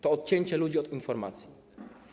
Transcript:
To odcięcie ludzi od informacji.